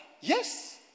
yes